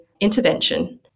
intervention